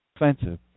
offensive